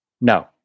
No